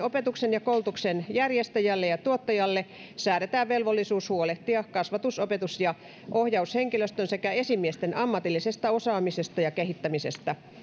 opetuksen ja koulutuksen järjestäjälle ja tuottajalle säädetään velvollisuus huolehtia kasvatus opetus ja ohjaushenkilöstön sekä esimiesten ammatillisesta osaamisesta ja kehittämisestä